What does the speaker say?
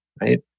right